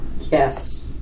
Yes